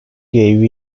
gave